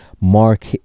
Mark